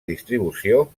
distribució